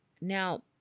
Now